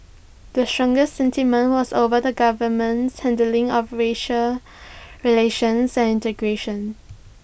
the strongest sentiment was over the government's handling of racial relations and integration